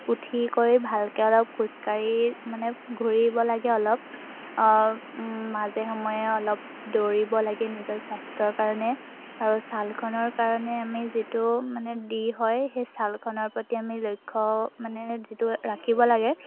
উঠি কৰি ভালকৈ অলপ খোজকাঢ়ি মানে ঘূৰিব লাগে অলপ মাজে সময়ে অলপ দৌৰিব লাগে নিজৰ স্বাস্থ্যৰ কাৰণে আৰু ছালখনৰ কাৰণে আমি যিটো মানে দি হয় সেই ছালখনৰ প্ৰতি আমি লক্ষ্য মানে যিটো ৰাখিব লাগে